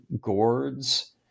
gourds